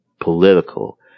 political